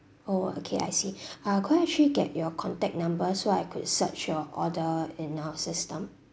oh okay I see could I actually get your contact number so I could search your order in our system